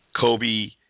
Kobe